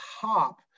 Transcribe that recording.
top